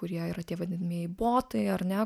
kurie yra tie vadinamieji botai ar ne